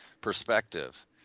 perspective